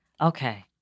Okay